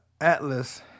Atlas